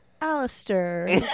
Alistair